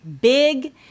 big